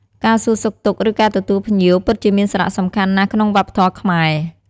ការសួរសុខទុក្ខ ឬ ការទទួលភ្ញៀវពិតជាមានសារៈសំខាន់ណាស់ក្នុងវប្បធម៌ខ្មែរ។